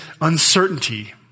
uncertainty